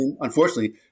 unfortunately